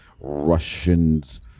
Russians